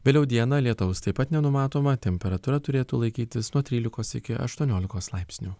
vėliau dieną lietaus taip pat nenumatoma temperatūra turėtų laikytis nuo trylikos iki aštuoniolikos laipsnių